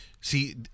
See